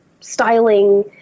styling